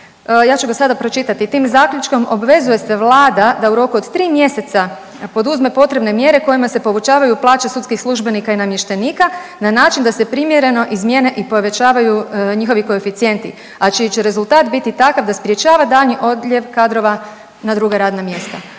ja ću ga sada pročitati, tim zaključkom „Obvezuje se Vlada da u roku od tri mjeseca poduzme potrebne mjere kojima se povećavaju plaće sudskih službenika i namještenika na način da se primjereno izmijene i povećavaju njihovi koeficijenti, a čiji će rezultat biti takav da sprječava daljnji odljev kadrova na druga radna mjesta.“,